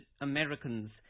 Americans